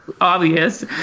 obvious